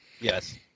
Yes